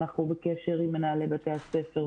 אנחנו בקשר עם מנהלי בתי הספר,